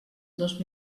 dos